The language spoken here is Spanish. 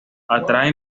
atrae